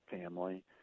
family